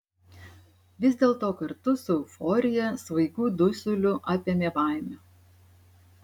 vis dėlto kartu su euforija svaigiu dusuliu apėmė baimė